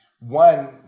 One